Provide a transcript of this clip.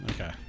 Okay